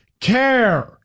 care